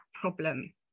problem